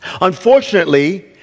Unfortunately